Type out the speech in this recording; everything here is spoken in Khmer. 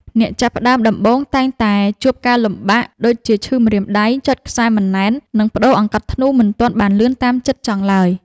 អ្នកចាប់ផ្តើមដំបូងតែងជួបការលំបាកដូចជាឈឺម្រាមដៃ ចុចខ្សែមិនណែន និង ប្តូរអង្កត់ធ្នូមិនទាន់បានលឿនតាមចិត្តចង់ឡើយ។